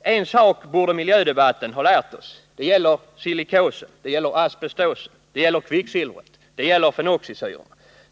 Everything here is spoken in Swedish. En sak borde miljödebatten ha lärt oss. Det gäller silikosen, det gäller asbestosen, det gäller kvicksilvret, det gäller fenoxisyrorna.